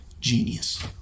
Genius